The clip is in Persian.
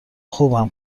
خوبم